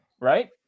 right